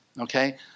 okay